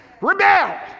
rebel